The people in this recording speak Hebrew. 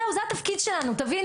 זהו, זה התפקיד שלנו, תבינו